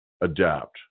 adapt